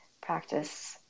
practice